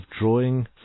drawing